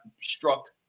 struck